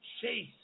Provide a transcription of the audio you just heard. Chase